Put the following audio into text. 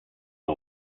the